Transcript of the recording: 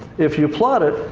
if you plot it,